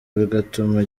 bigatuma